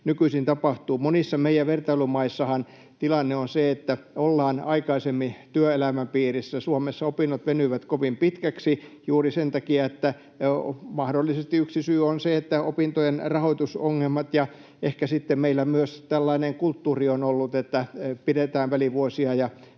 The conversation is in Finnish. nykyisin tapahtuu. Monissa meidän vertailumaissahan tilanne on se, että ollaan aikaisemmin työelämän piirissä. Suomessa opinnot venyvät kovin pitkiksi juuri sen takia — yksi syy on mahdollisesti se — että on opintojen rahoitusongelmat. Ehkä meillä on myös tällainen kulttuuri ollut, että pidetään välivuosia ja